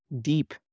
deep